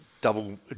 Double